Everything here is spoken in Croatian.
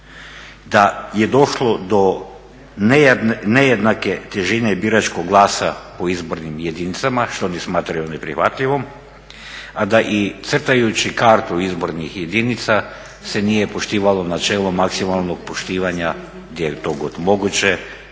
da je došlo do nejednake težine biračkog glasa u izbornim jedinicama što oni smatraju neprihvatljivim, a da i crtajući kartu izbornih jedinica se nije poštivalo načelo maksimalnog poštivanja gdje je to god moguće